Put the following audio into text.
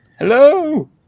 Hello